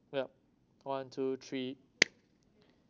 well one two three